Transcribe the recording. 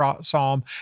Psalm